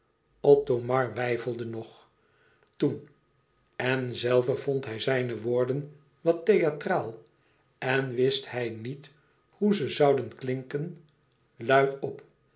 othomar weifelde nog toen en zelve vond hij zijne woorden wat theatraal en wist hij niet hoe ze zouden klinken luid op